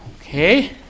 Okay